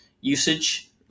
usage